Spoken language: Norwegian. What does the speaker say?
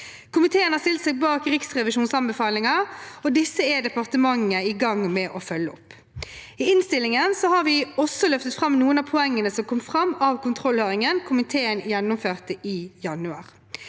Komiteen har stilt seg samlet bak Riksrevisjonens anbefalinger, og disse er departementet i gang med å følge opp. I innstillingen har vi også løftet fram noen av poengene som kom fram av kontrollhøringen komiteen gjennomførte i januar.